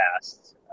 past